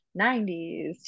90s